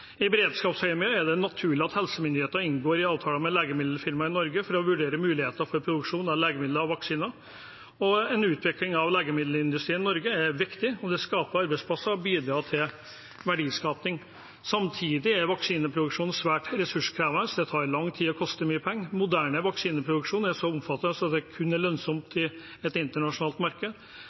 I beredskapsøyemed er det naturlig at helsemyndighetene inngår avtaler med legemiddelfirma i Norge for å vurdere muligheter for produksjon av legemidler og vaksiner. En utvikling av legemiddelindustrien i Norge er viktig. Det skaper arbeidsplasser og bidrar til verdiskaping. Samtidig er vaksineproduksjon svært ressurskrevende. Det tar lang tid og koster mye penger. Moderne vaksineproduksjon er så omfattende at det kun er lønnsomt i et internasjonalt marked.